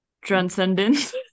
transcendence